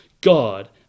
God